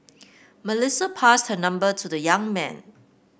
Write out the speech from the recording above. Melissa passed her number to the young man